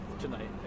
tonight